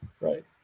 Right